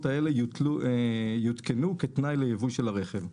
האלה יותקנו כתנאי ליבוא של הרכב.